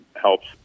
helps